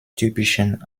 typischen